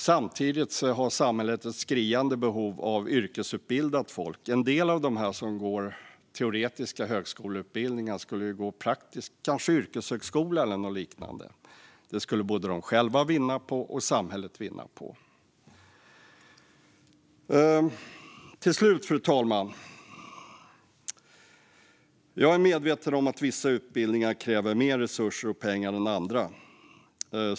Samtidigt har samhället ett skriande behov av yrkesutbildat folk. En del av dem som går teoretiska högskoleutbildningar skulle kunna gå en praktisk utbildning, kanske yrkeshögskola eller något liknande. Det skulle både de själva och samhället vinna på. Avslutningsvis, fru talman: Jag är medveten om att vissa utbildningar kräver mer resurser och pengar än andra.